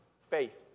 Faith